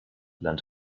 lernt